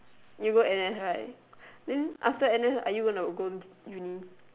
you go n_s right then after n_s are you gonna go uni